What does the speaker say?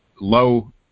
low